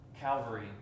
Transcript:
Calvary